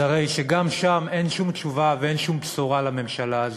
אז הרי גם שם אין שום תשובה ואין שום בשורה לממשלה הזאת.